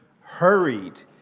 hurried